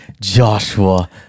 Joshua